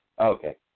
Okay